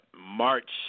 March